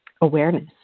awareness